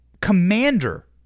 commander